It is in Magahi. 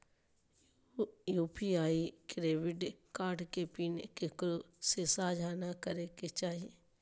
यू.पी.आई डेबिट कार्ड के पिन केकरो से साझा नइ करे के चाही